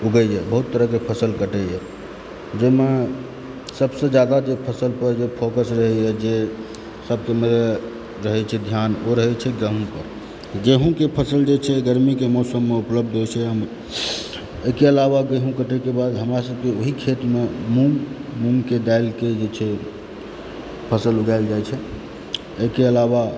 उगैए बहुत तरहकेँ फसल कटैए जाहिमे सभसँ जादा जे फसल पर फोकस रहैए जे सभकेँ रहै छै ध्यान ओ रहै छै गहुँम पर गेहूंँके फसल जे छै गर्मी के मौसममे उपलब्ध होयत छै एहिके आलावा गेहूँ कटयके बाद हमरा सभकेँ ओहि खेतमे मूँग मूँगके दालि के जे छै फसल उगायल जाइत छै एहिके आलावा